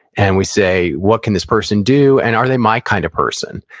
and we say, what can this person do? and are they my kind of person?